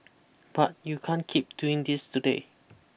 but you can't keep doing this today